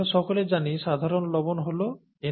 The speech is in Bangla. আমরা সকলে জানি সাধারণ লবণ হল NaCl